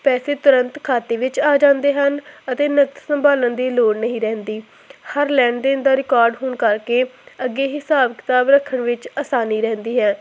ਪੈਸੇ ਤਰੰਤ ਖਾਤੇ ਵਿੱਚ ਆ ਜਾਂਦੇ ਹਨ ਅਤੇ ਨਿਤ ਸੰਭਾਲਣ ਦੀ ਲੋੜ ਨਹੀਂ ਰਹਿੰਦੀ ਹਰ ਲੈਣ ਦੇਣ ਦਾ ਰਿਕਾਰਡ ਹੋਣ ਕਰਕੇ ਅੱਗੇ ਹਿਸਾਬ ਕਿਤਾਬ ਰੱਖਣ ਵਿੱਚ ਆਸਾਨੀ ਰਹਿੰਦੀ ਹੈ